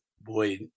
boy